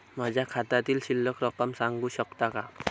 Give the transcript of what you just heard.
माझ्या खात्यातील शिल्लक रक्कम सांगू शकता का?